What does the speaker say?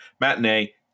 Matinee